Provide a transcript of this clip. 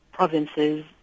Provinces